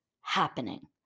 happening